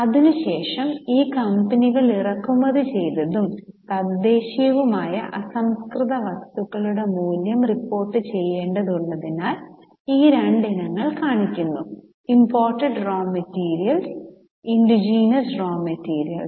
അതിനു ശേഷം ഈ കമ്പനികൾ ഇറക്കുമതി ചെയ്തതും തദ്ദേശീയവുമായ അസംസ്കൃത വസ്തുക്കളുടെ മൂല്യം റിപ്പോർട്ടുചെയ്യേണ്ടതുള്ളതിനാൽ ഈ രണ്ട് ഇനങ്ങൾ കാണിക്കുന്നു imported raw materials indigenous raw materials